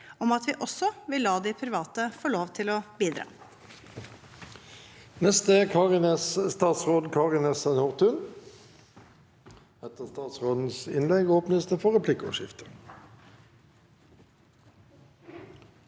om at vi også vil la de private få lov til å bidra.